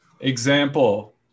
example